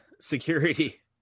security